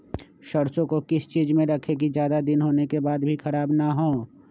सरसो को किस चीज में रखे की ज्यादा दिन होने के बाद भी ख़राब ना हो?